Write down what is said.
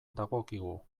dagokigu